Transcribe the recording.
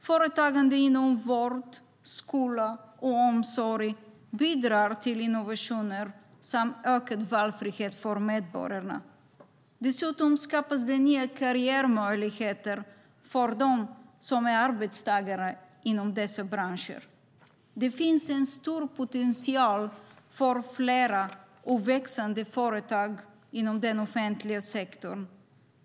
Företagande inom vård, skola och omsorg bidrar till innovationer samt ökad valfrihet för medborgarna. Dessutom skapas nya karriärmöjligheter för arbetstagarna inom dessa branscher. Det finns en stor potential för fler och växande företag inom den offentliga sektorn.